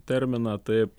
terminą taip